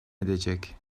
edecek